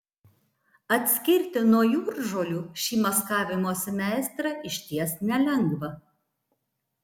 atskirti nuo jūržolių šį maskavimosi meistrą išties nelengva